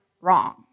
wrong